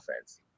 offense